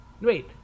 wait